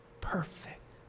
perfect